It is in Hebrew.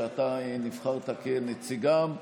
שאתה נבחרת כנציגם,